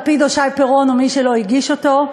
לפיד או שי פירון או מי שלא יהיה הגיש אותו,